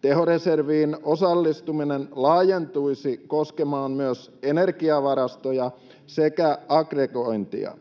Tehoreserviin osallistuminen laajentuisi koskemaan myös energiavarastoja sekä aggregointia.